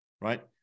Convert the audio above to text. Right